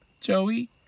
joey